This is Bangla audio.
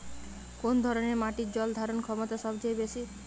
কোন ধরণের মাটির জল ধারণ ক্ষমতা সবচেয়ে বেশি?